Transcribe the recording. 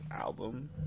album